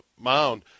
mound